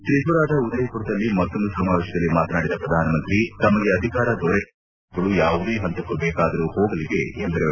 ತ್ರಿಪುರಾದ ಉದಯ್ಪುರನಲ್ಲಿ ಮತ್ತೊಂದು ಸಮಾವೇಶದಲ್ಲಿ ಮಾತನಾಡಿದ ಪ್ರಧಾನಮಂತ್ರಿ ತಮಗೆ ಅಧಿಕಾರ ದೊರೆಯದಂತೆ ಮಾಡಲು ಪ್ರತಿಪಕ್ಷಗಳು ಯಾವುದೇ ಹಂತಕ್ಕೂ ಬೇಕಾದರೂ ಹೋಗಲಿವೆ ಎಂದರು